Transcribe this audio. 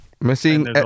Missing